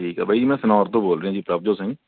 ਠੀਕ ਆ ਬਾਈ ਜੀ ਮੈਂ ਸਨੋਰ ਤੋਂ ਬੋਲ ਰਿਹਾ ਜੀ ਪ੍ਰਭਜੋਤ ਸਿੰਘ